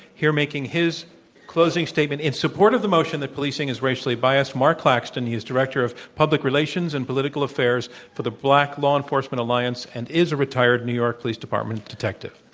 here making his closing statement in support of the motion that policing is racially biased, marq claxton. he is director of public relations and political affairs for the law enforcement alliance, and is a retired new york police department detective.